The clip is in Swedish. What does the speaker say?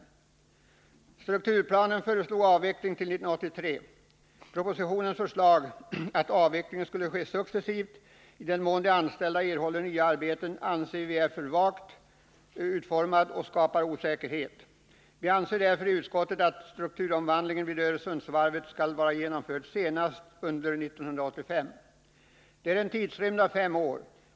I strukturplanen föreslogs avveckling till 1983. Propositionens förslag att avvecklingen skall ske successivt i den mån de anställda kan erhålla nya arbeten är, enligt vår åsikt, för vagt och skapar osäkerhet. Utskottsmajoriteten anser därför att strukturomvandlingen vid Öresundsvarvet skall vara genomförd senast under 1985. Det är en tidsperiod på fem år.